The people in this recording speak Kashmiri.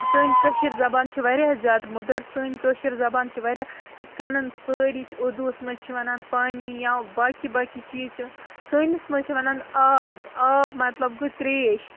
سٲنۍ کٲشِر زبان چھِ واریاہ زیادٕ مٔدٕر سٲنۍ کٲشِر زبان چھِ واریاہ یِتھ کَنَن سٲری چھِ اُردوٗوَس منٛز چھِ وَنان پانی یا باقٕے باقٕے چیٖز چھِ سٲنِس منٛز چھِ وَنان آب آب مطلب گوٚو تریش